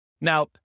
Now